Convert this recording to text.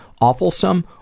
Awfulsome